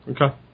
Okay